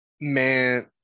Man